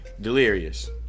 Delirious